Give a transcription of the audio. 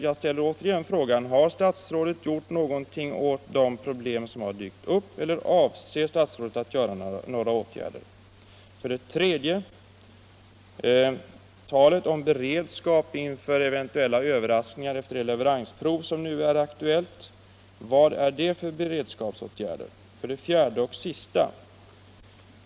Jag ställer åter frågan: Har statsrådet gjort någonting åt de problem som har dykt upp eller avser statsrådet att vidta några åtgärder? 3. Det talas om beredskap inför eventuella överraskningar efter det leveransprov som nu är aktuellt. Vilka beredskapsåtgärder avses? 4.